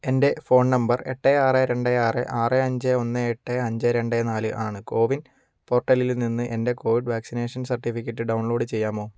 എൻ്റെ phone number എട്ട് ആറ് രണ്ട് ആറ് ആറ് അഞ്ച് ഒന്ന് എട്ട് അഞ്ച് രണ്ട് നാല് ആണ് കോവിൻ പോർട്ടലിൽ നിന്ന് എൻ്റെ കോവിഡ് വാക്സിനേഷൻ സർട്ടിഫിക്കറ്റ് ഡൗൺലോഡ് ചെയ്യാമോ